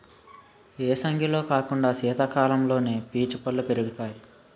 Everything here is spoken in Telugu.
ఏసంగిలో కాకుండా సీతకాలంలోనే పీచు పల్లు పెరుగుతాయి